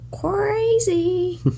crazy